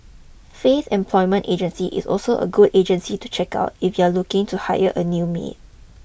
Faith Employment Agency is also a good agency to check out if you are looking to hire a new mean